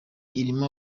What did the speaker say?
irimo